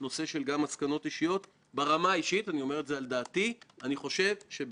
אני עוד לא יודע להגיד האם סיימנו את הבדיקה הממלכתית של האירוע הזה.